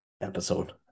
episode